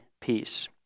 peace